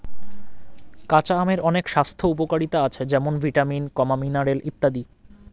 কাঁচা আমের অনেক স্বাস্থ্য উপকারিতা আছে যেমন ভিটামিন, মিনারেল ইত্যাদি